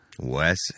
Wes